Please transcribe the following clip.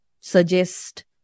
suggest